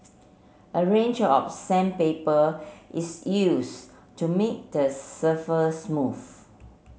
a range of sandpaper is use to make the surface smooth